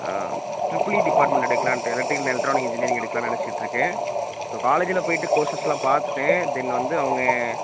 triple E department எடுக்கலாம்ன்ட்டு electrical electronic engineering எடுக்கலாம்னு நெனைச்சிட்ருக்கேன் இப்போ காலேஜில் போய்ட்டு கோர்சஸுலாம் பார்த்துட்டேன் தென் வந்து அவங்க